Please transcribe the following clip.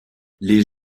les